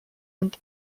and